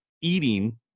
eating